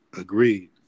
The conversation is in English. agreed